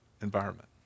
environment